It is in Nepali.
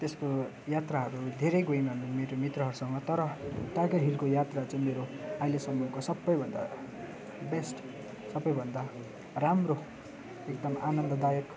त्यस्तो यात्राहरू धेरै गयौँ हामी मेरो मित्रहरूसँग तर टाइगर हिलको यात्रा चाहिँ मेरो अहिलेसम्मको सबैभन्दा बेस्ट सबैभन्दा राम्रो एकदम आनन्ददायक